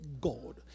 God